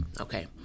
Okay